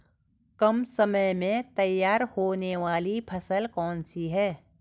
कम समय में तैयार होने वाली फसल कौन सी है?